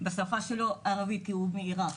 בשפה שלו, ערבית, כי הוא מעירק.